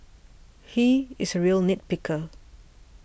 he is a real nit picker